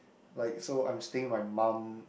like so I'm staying with my mum